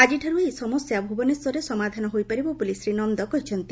ଆକିଠାରୁ ଏହି ସମସ୍ୟା ଭୁବନେଶ୍ୱରରେ ସମାଧାନ ହୋଇପାରିବ ବୋଲି ଶ୍ରୀ ନନ୍ଦ କହିଛନ୍ତି